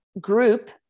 group